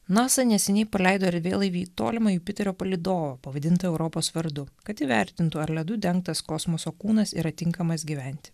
nasa neseniai paleido ėrvėlaivį į tolimą jupiterio palydo pavadintą europos vardu kad įvertintų ar ledu dengtas kosmoso kūnas yra tinkamas gyventi